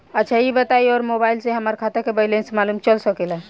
अच्छा ई बताईं और मोबाइल से हमार खाता के बइलेंस मालूम चल सकेला?